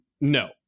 No